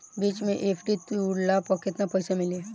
बीच मे एफ.डी तुड़ला पर केतना पईसा मिली?